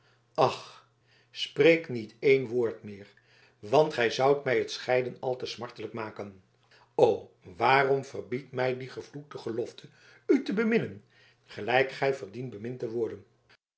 ach spreek niet één woord meer want gij zoudt mij het scheiden al te smartelijk maken o waarom verbiedt mij die gevloekte gelofte u te beminnen gelijk gij verdient bemind te worden